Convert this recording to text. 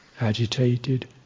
agitated